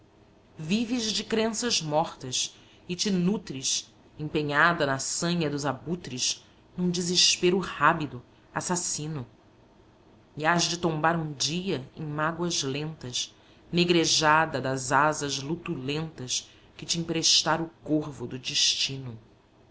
vives de crenças mortas e te nutres empenhada na sanha dos abutres num desespero rábido assassino e hás de tombar um dia em mágoas lentas negrejada das asas lutulentas que te emprestar o corvo do destino